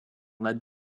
led